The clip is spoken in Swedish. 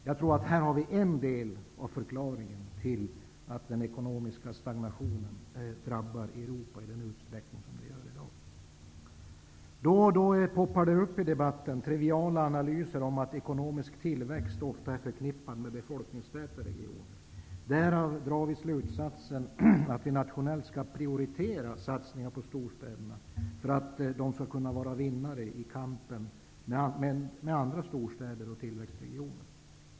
Jag tror att vi här har en del av förklaringen till att den ekonomiska stagnationen drabbar Europa i den utsträckning som är fallet i dag. Då och då poppar det i debatten upp triviala analyser baserade på att ekonomisk tillväxt ofta är förknippad med befolkningstäta regioner. Därav dras slutsatsen att vi nationellt skall prioritera satsningar på storstäderna för att dessa skall kunna bli vinnare i kampen med andra storstäder och tillväxtregioner.